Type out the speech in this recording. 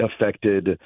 affected